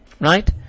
Right